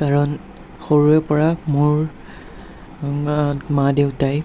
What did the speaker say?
কাৰণ সৰুৰে পৰা মোৰ মা দেউতাই